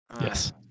Yes